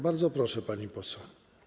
Bardzo proszę, pani poseł.